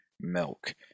milk